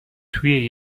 توی